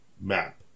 map